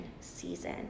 season